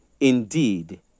Indeed